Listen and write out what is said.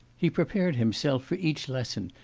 he prepared himself for each lesson,